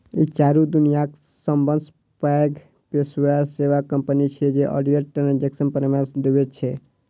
ई चारू दुनियाक सबसं पैघ पेशेवर सेवा कंपनी छियै जे ऑडिट, ट्रांजेक्शन परामर्श दै छै